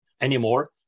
anymore